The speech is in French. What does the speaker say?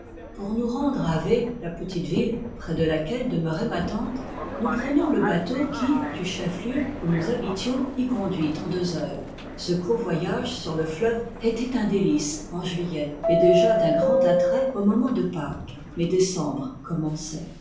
pour nous rendre à v la petite ville près de laquelle demeurait ma tante nous prenions le bateau qui du chef-lieu où nous habitions y conduit en deux heures ce court voyage sur le fleuve était un délice en juillet et déjà d'un grand attrait au moment de pâques mais décembre commençait